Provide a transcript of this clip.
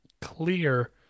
clear